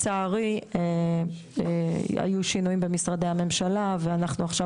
לצערי היו שינויים במשרדי הממשלה ואנחנו עכשיו